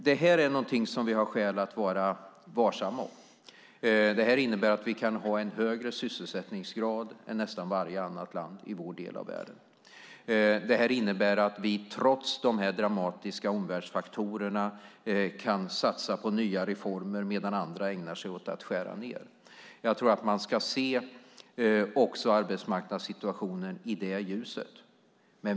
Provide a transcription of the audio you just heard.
Det är någonting som vi har skäl att vara varsamma om. Det innebär att vi kan ha en högre sysselsättningsgrad än nästan varje annat land i vår del av världen. Det innebär att vi trots de dramatiska omvärldsfaktorerna kan satsa på nya reformer medan andra ägnar sig åt att skära ned. Jag tror att man ska se också arbetsmarknadssituationen i det ljuset.